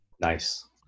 Nice